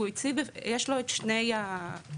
יש לו את שני --- לא,